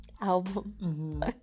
album